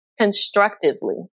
constructively